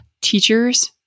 teachers